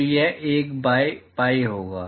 तो यह 1 by pi होगा